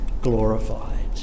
glorified